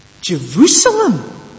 Jerusalem